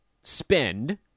spend